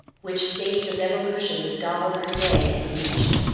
which stage of evolution the doll of her day had reached.